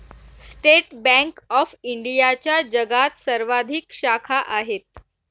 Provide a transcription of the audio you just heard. state bank of इंडियाच्या जगात सर्वाधिक शाखा आहेत